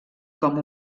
com